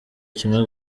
kimwe